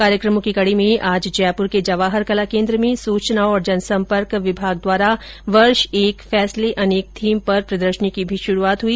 कार्यक्रमों की कडी में आज जयपुर के जवाहर कला केन्द्र में सूचना और जनसम्पर्क विभाग द्वारा वर्ष एक फैसले अनेक थीम पर प्रदर्शनी की भी शुरुआत हुई